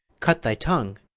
cut thy tongue.